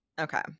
Okay